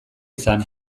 izan